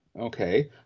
okay